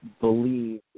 believe